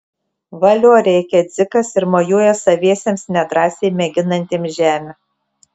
valio rėkia dzikas ir mojuoja saviesiems nedrąsiai mėginantiems žemę